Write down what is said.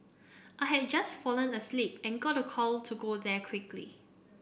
I had just fallen asleep and got a call to go there quickly